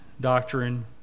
doctrine